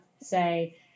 say